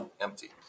empty